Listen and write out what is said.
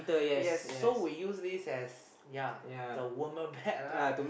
yes so we use this as yeah the warmer bed lah